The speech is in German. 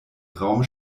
raum